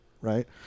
right